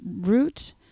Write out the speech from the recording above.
root